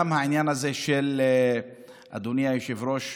גם העניין הזה, אדוני היושב-ראש,